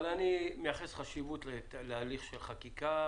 אבל אני מייחס חשיבות להליך של חקיקה.